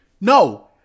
No